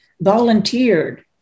volunteered